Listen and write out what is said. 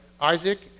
Isaac